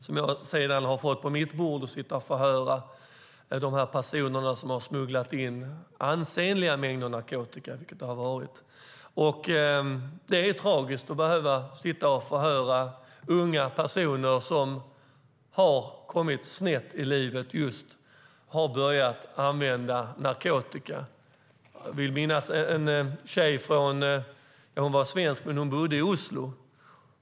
Sedan har jag fått på mitt bord att sitta och förhöra de personer som har smugglat in ansenliga mängder narkotika. Det är tragiskt att behöva sitta och förhöra unga personer som har kommit snett i livet och börjat använda narkotika. Jag vill minnas en tjej som var svensk men som bodde i Oslo.